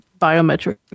biometric